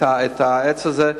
את העץ הזה,